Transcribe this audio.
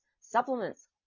supplements